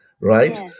right